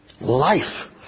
Life